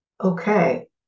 Okay